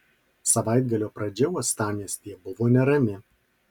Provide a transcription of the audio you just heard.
savaitgalio pradžia uostamiestyje buvo nerami